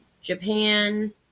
Japan